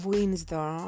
Windsor